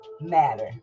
matter